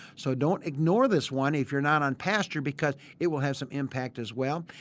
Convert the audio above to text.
so, don't ignore this one if you are not on pasture because it will have some impact as well.